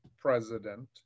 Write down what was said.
president